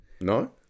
No